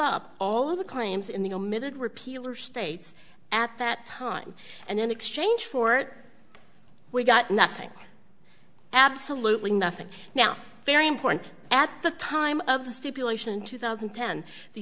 up all of the claims in the omitted repeal or states at that time and in exchange for we got nothing absolutely nothing now very important at the time of the stipulation two thousand and ten the